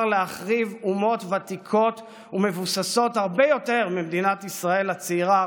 להחריב אומות ותיקות ומבוססות הרבה יותר ממדינת ישראל הצעירה,